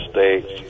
States